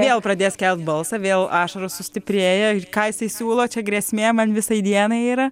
vėl pradės kelt balsą vėl ašaros sustiprėja ir ką jisai siūlo čia grėsmė man visai dienai yra